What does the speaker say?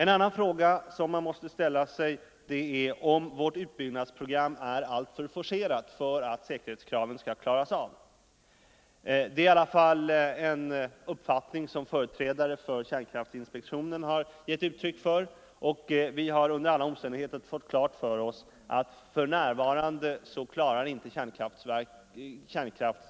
En annan fråga som man måste ställa sig är om vårt utbyggnadsprogram är alltför forcerat för att säkerhetskraven skall uppfyllas. Det är i alla fall en uppfattning som företrädare för kärnkraftinspektionen har gett uttryck för, och vi har under alla omständigheter fått klart för oss att kärnkraftinspektionen för närvarande